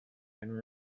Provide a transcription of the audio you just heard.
and